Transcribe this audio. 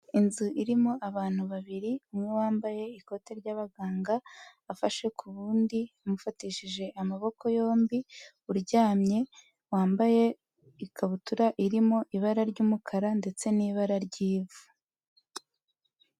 Inzu irimo abantu babiri, umwe wambaye ikoti ry'abaganga, afashe ku wundi, amufatishije amaboko yombi, uryamye wambaye ikabutura irimo ibara ry'umukara ndetse n'ibara ry'ivu.